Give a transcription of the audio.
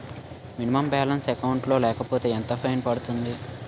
Minimum balance account లో లేకపోతే ఎంత ఫైన్ పడుతుంది?